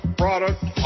product